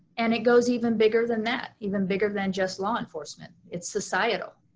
and it goes even bigger than that, even bigger than just law enforcement, it's societal.